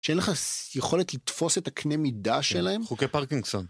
שאין לך יכולת לתפוס את הקנה מידה שלהם? חוקי פארקינגסון.